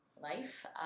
life